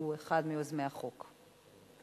שהוא אחד מיוזמי החוק,